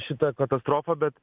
šitą katastrofą bet